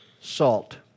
salt